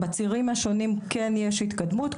בצירים השונים כן יש התקדמות,